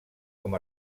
com